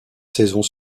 saisons